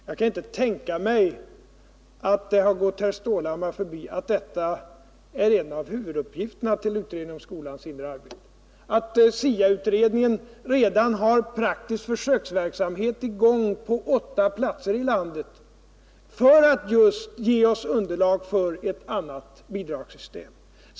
Jag kan inte tänka mig att det har gått herr Stålhammar förbi att detta är en av huvuduppgifterna för utredningen om skolans inre arbete och att SIA-utredningen redan har praktisk verksamhet i gång på åtta platser i landet just för att ge oss underlag för ett annat bidragssystem.